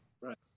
Right